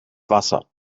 wasser